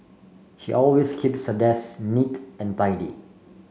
she always keeps her desk neat and tidy